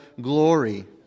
glory